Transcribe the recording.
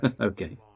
Okay